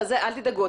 אל תדאגו,